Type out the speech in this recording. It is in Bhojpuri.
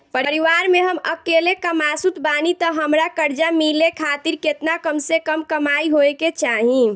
परिवार में हम अकेले कमासुत बानी त हमरा कर्जा मिले खातिर केतना कम से कम कमाई होए के चाही?